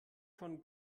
von